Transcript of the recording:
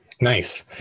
nice